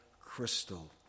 crystal